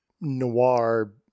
noir